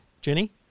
Jenny